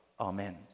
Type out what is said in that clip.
Amen